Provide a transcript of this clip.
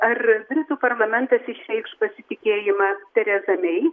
ar britų parlamentas išreikš pasitikėjimą tereza mei